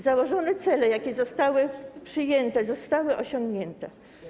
Założone cele, jakie zostały przyjęte, zostały osiągnięte.